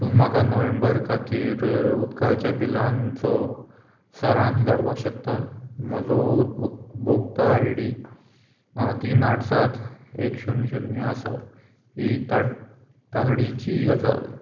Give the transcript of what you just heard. तूं म्हाका नोव्हेंबर खातीर उदकाच्या बिलांचो सारांश धाडपाक शकता म्हजो उपभोक भोक्ता आय डी तीन आठ सात एक शुन्य शुन्य आसा ही ता तातडीची गजाल